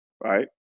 Right